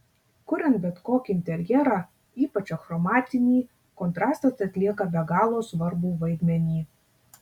kuriant bet kokį interjerą ypač achromatinį kontrastas atlieka be galo svarbų vaidmenį